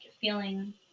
feeling